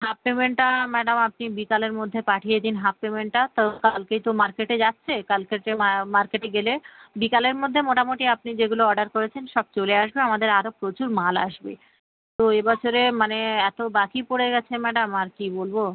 half পেমেন্টটা madam আপনি বিকালের মধ্যে পাঠিয়ে দিন হাফ পেমেন্টটা তো কালকেই তো মার্কেটে যাচ্ছে কালকে হচ্ছে মা মার্কেটে গেলে বিকালের মধ্যে মোটামুটি আপনি যেগুলো অর্ডার করেছেন সব চলে আসবে আমাদের আরো প্রচুর মাল আসবে তো এ বছরে মানে এত বাকি পড়ে গেছে ম্যাডাম আর কি বলবো